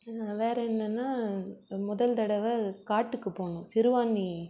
வேறு என்னன்னா முதல் தடவை காட்டுக்கு போனோம் சிறுவாணி